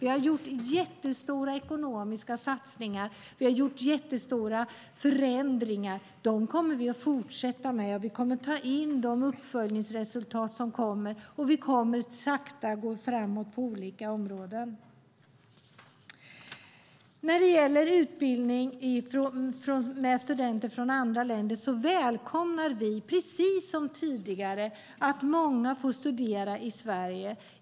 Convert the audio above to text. Vi har gjort stora ekonomiska satsningar, och vi har gjort stora förändringar. Vi kommer att fortsätta med dem, vi kommer att ta in de uppföljningsresultat som kommer, och vi kommer att gå framåt sakta på olika områden. När det gäller utbildning för studenter från andra länder välkomnar vi, precis som tidigare, att många får studera i Sverige.